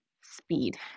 speed